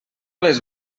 les